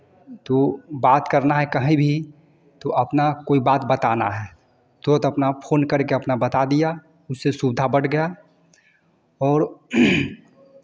तो बात करना है कहीं भी तो अपना कोई बात बताना है तुरंत अपना फोन करके अपना बता दिया उससे सुविधा बढ़ गया और